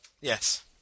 Yes